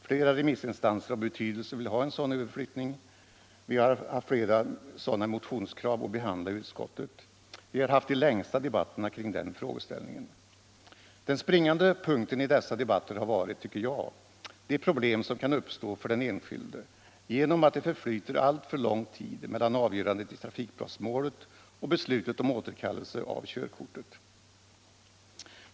Flera remissinstanser av betydelse vill ha en sådan överflyttning. Vi har haft flera sådana motionskrav att behandla i utskottet. Vi har haft de längsta debatterna kring den frågeställningen. Den springande punkten i dessa debatter har varit, tycker jag, de problem som kan uppstå för den enskilde genom att det förflyter alltför lång tid mellan avgörandet i trafikbrottsmålet och beslutet om återkallelse av körkortet.